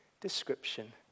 description